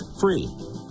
free